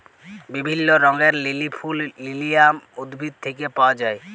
বিভিল্য রঙের লিলি ফুল লিলিয়াম উদ্ভিদ থেক্যে পাওয়া যায়